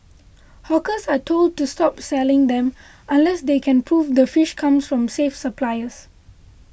hawkers are told to stop selling them unless they can prove the fish comes from safe suppliers